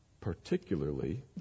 Particularly